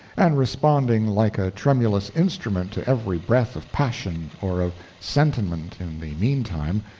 and responding like a tremulous instrument to every breath of passion or of sentiment in the meantime,